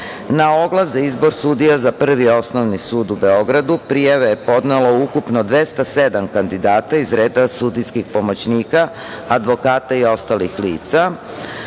oglas za izbor sudija za Prvi osnovni sud u Beogradu, prijave je podnelo ukupno 207 kandidata iz reda sudijskih pomoćnika, advokata i ostalih lica.